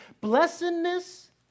blessedness